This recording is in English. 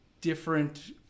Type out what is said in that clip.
different